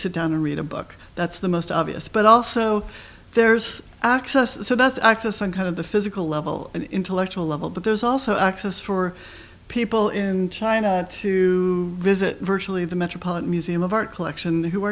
sit down and read a book that's the most obvious but also there's access so that's access and kind of the physical level intellectual level but there's also access for people in china to visit virtually the metropolitan museum of art collection who